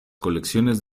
colecciones